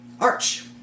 Arch